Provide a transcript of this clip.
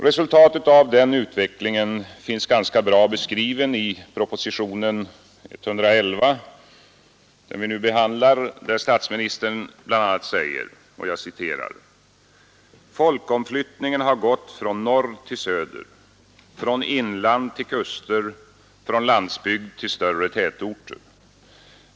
Resultatet av den utvecklingen finns ganska bra beskriven i propositionen 111, som vi nu behandlar, där statsministern bl.a. säger: ”Folkomflyttningen har gått från norr till söder, från inland till kuster och från landsbygd till större tätorter.